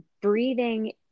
breathing